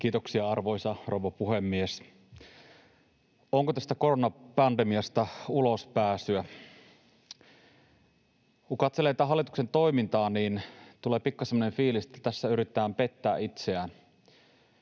Kiitoksia, arvoisa rouva puhemies! Onko tästä koronapandemiasta ulospääsyä? Kun katselee tätä hallituksen toimintaa, niin tulee pikkasen semmoinen fiilis, että tässä yritetään pettää itseään.